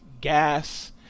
gas